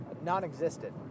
non-existent